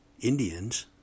Indians